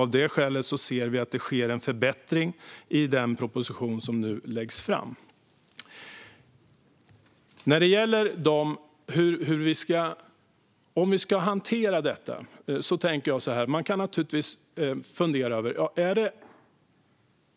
Av det skälet anser vi att det sker en förbättring i den proposition som nu läggs fram. När det gäller hur vi ska hantera detta kan man naturligtvis fundera: Är det